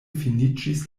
finiĝis